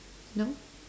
no